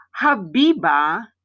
Habiba